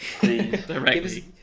directly